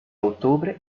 ottobre